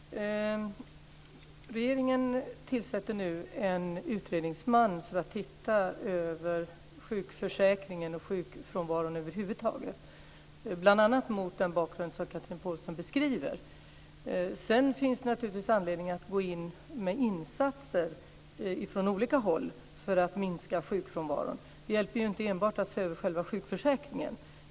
Fru talman! Regeringen tillsätter nu en utredningsman som ska titta över sjukförsäkringen och sjukfrånvaron över huvud taget, bl.a. mot den bakgrund som Chatrine Pålsson beskriver. Sedan finns det naturligtvis anledning att gå in med insatser från olika håll för att minska sjukfrånvaron. Det hjälper inte enbart att se över själva sjukförsäkringen.